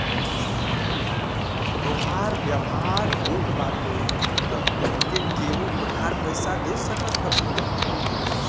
तोहार व्यवहार निक बाटे तअ तोहके केहु उधार पईसा दे सकत हवे